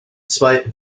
zweiten